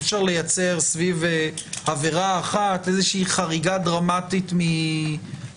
אי אפשר לייצר סביב עבירה אחת איזו שהיא חריגה דרמטית מהמנהג.